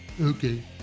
Okay